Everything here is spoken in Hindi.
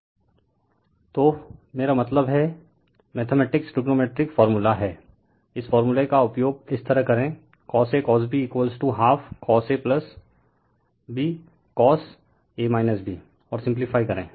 रिफर स्लाइड टाइम 1007 तो मेरा मतलब है refer time 1007 mathematics trigonometric formula हैं इस फार्मूला का उपयोग इस तरह करें cosAcosBहाफ cos A B cos A B और सिम्प्लीफाई करें